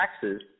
taxes